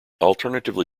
alternatively